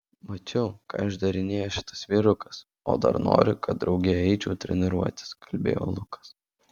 mačiau ką išdarinėja šitas vyrukas o dar nori kad drauge eičiau treniruotis kalbėjo lukas